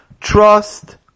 trust